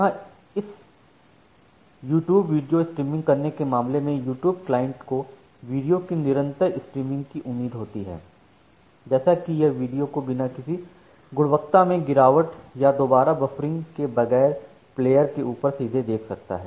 यहाँ इस YouTube video streaming करने के मामले में यूट्यूब क्लाइंट को वीडियो की निरंतर स्ट्रीमिंग की उम्मीद होती है जैसे कि वह वीडियो को बिना किसी गुणवत्ता में गिरावट या दोबारा बफरिंगके बगैर प्लेयरके ऊपर सीधे देख सकता है